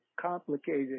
complicated